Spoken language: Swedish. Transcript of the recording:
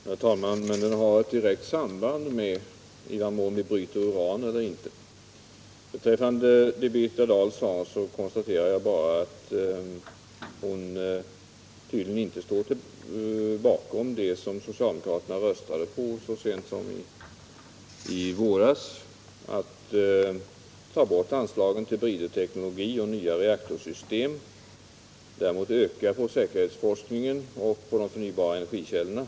Herr talman! Men det AIf Lövenborg säger har ett direkt samband med i vilken mån vi bryter uran eller inte. Beträffande vad Birgitta Dahl sade konstaterar jag bara att hon tydligen inte står bakom det som socialdemokraterna såvitt jag minns röstade för så sent som i våras, nämligen att ta bort anslagen till bridteknologi och nya reaktorsystem men öka dem för säkerhetsforskning och nya energikällor.